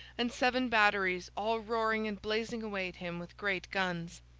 and seven batteries, all roaring and blazing away at him with great guns.